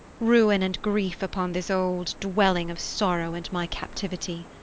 ruin and grief upon this old dwelling of sorrow and my captivity.